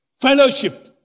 Fellowship